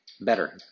better